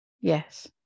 Yes